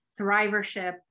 thrivership